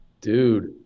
Dude